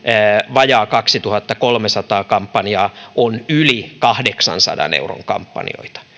vajaa kaksituhattakolmesataa kampanjaa on yli kahdeksansadan euron kampanjoita